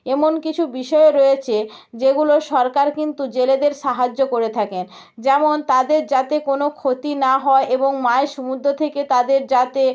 এমন কিছু বিষয়ও রয়েছে যেগুলো সরকার কিন্তু জেলেদের সাহায্য করে থাকেন যেমন তাদের যাতে কোনো ক্ষতি না হয় এবং মাঝ সমুদ্র থেকে তাদের যাতে